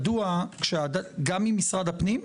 מדוע - גם עם משרד הפנים?